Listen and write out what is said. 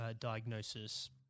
diagnosis